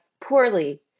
poorly